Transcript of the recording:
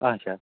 آچھا